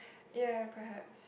ya perhaps